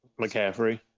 McCaffrey